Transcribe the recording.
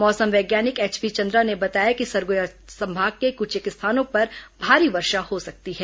मौसम वैज्ञानिक एचपी चन्द्रा ने बताया कि सरगुजा संभाग के कुछेक स्थानों पर भारी वर्षा हो सकती है